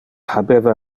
habeva